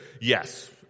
yes